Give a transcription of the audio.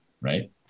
right